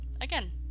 Again